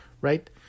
right